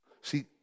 See